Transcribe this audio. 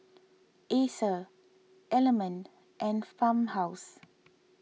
Acer Element and Farmhouse